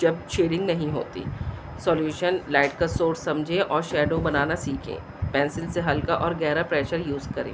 جب شیڈنگ نہیں ہوتی سولیوشن لائٹ کا سورس سمجھے اور شیڈو بنانا سیکھیں پینسل سے ہلکا اور گہرا پریشر یوز کریں